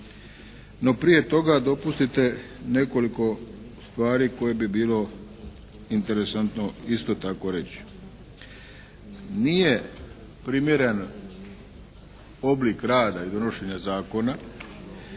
No, prije toga dopustite nekoliko stvari koje bi bilo interesantno isto tako reći. Nije primjeren oblik rada ili donošenja zakona